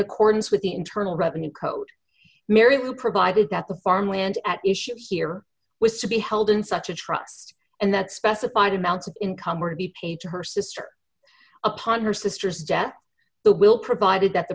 accordance with the internal revenue code marilu provided that the farmland at issue here was to be held in such a trust and that specified amounts of income were to be paid to her sister upon her sister's debt the will provided that the